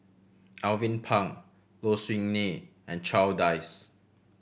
Alvin Pang Low Siew Nghee and Charles Dyce